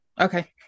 Okay